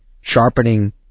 sharpening